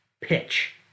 pitch